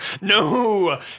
No